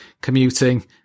commuting